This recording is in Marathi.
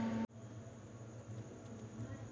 बेल रॅपर मशीन पीक स्वतामध्ये साठवते